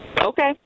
Okay